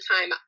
time